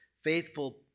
faithful